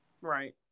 right